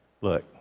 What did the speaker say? Look